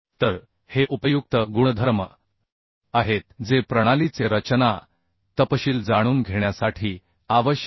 तर हे उपयुक्त गुणधर्म आहेत जे प्रणालीचे रचना तपशील जाणून घेण्यासाठी आवश्यक आहेत